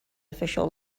official